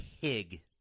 pig